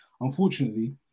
Unfortunately